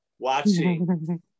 watching